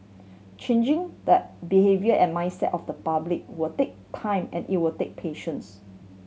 changing the behaviour and mindset of the public will take time and it will take patience